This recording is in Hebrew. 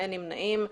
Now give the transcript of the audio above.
אין נמנעים,